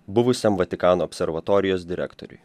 buvusiam vatikano observatorijos direktoriui